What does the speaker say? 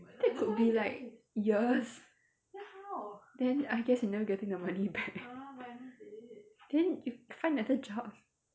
that could be like years then I guess you are never getting the money back then you find another job